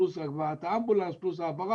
יחד עם הגעת האמבולנס וההעברה